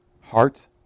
heart